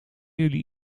jullie